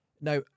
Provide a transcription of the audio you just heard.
Now